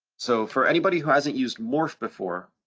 so for anybody who hasn't used morph before,